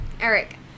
Eric